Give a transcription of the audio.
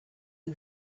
who